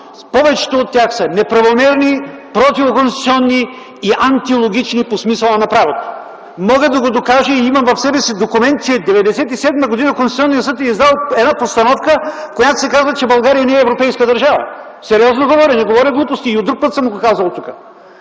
повечето от тях са неправомерни, противоконституционни и антилогични по смисъла на правото. Мога да го докажа и имам в себе си документ, че 1997 г. Конституционният съд е издал една постановка, в която се казва, че България не е европейска държава. Сериозно говоря, не говоря глупости. Казвал съм го и друг път от тук.